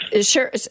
Sure